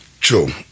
True